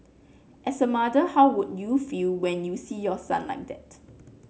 as a mother how would you feel when you see your son like that